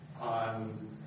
on